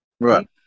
Right